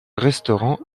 restaurant